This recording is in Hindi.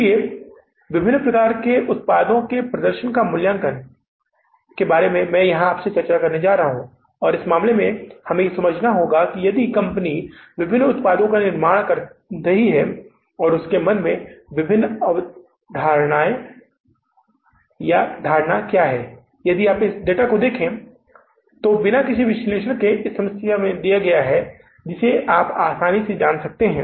इसलिए विभिन्न उत्पादों के प्रदर्शन का मूल्यांकन यहां मैं आपके साथ चर्चा करने जा रहा हूं और इस मामले में हमें यह समझना होगा कि यदि कंपनी विभिन्न उत्पादों का निर्माण कर रही है और उनके मन में विभिन्न अवधारणाएं या धारणा हैं कि यदि आप इस डेटा को देखें जो बिना किसी विश्लेषण के इस समस्या में दिया गया है जिसे आप आसानी से जान सकते हैं